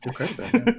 Okay